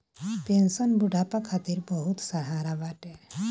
pension बुढ़ापा खातिर बहुते सहारा बाटे